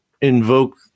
invoke